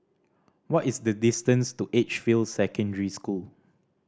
what is the distance to Edgefield Secondary School